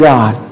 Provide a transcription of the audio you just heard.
God